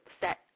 set